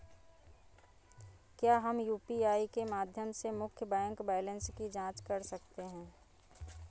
क्या हम यू.पी.आई के माध्यम से मुख्य बैंक बैलेंस की जाँच कर सकते हैं?